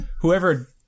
whoever